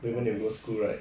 home based